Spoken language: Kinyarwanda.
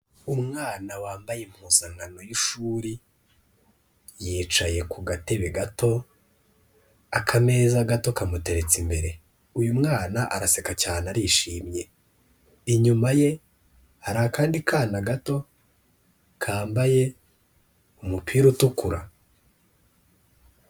Umwana wambaye impuzankano y'ishuri yicaye ku gatebe gato, akameza gato kamuteretse imbere, uyu mwana araseka cyane arishimye, inyuma ye hari akandi kana gato kambaye umupira utukura.